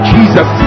Jesus